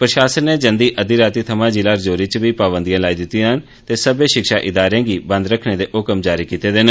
प्रशासन नै जंदी अददी रातीं थमां जिला राजौरी इच बी पाबंदियां लाई दिति दियां न ते सब्बै शिक्षा इदारें गी बंद रखने दे हुकम जारी कीते दा ऐ